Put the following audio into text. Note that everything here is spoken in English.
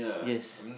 yes